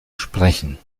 sprechen